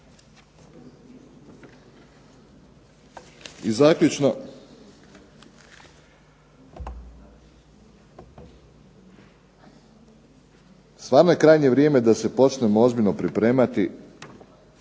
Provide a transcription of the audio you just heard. I zaključno, stvarno je krajnje vrijeme da se počnemo ozbiljno pripremati